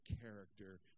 character